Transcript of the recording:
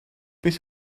beth